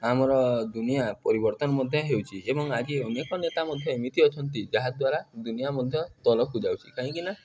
ଆମର ଦୁନିଆଁ ପରିବର୍ତ୍ତନ ମଧ୍ୟ ହେଉଚି ଏବଂ ଆଜି ଅନେକ ନେତା ମଧ୍ୟ ଏମିତି ଅଛନ୍ତି ଯାହାଦ୍ୱାରା ଦୁନିଆଁ ମଧ୍ୟ ତଳକୁ ଯାଉଛି କାହିଁକିନା